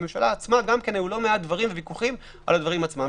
בממשלה עצמה גם היו לא מעט ויכוחים על הדברים עצמם.